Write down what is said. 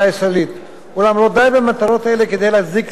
אולם לא די במטרות אלה כדי להצדיק כניסה של המדינה